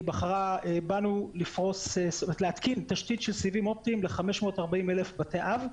היא בחרה בנו להתקין תשתית של סיבים אופטיים ל-540,000 בתי אב.